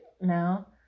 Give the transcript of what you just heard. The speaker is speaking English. now